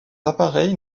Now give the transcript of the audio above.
appareils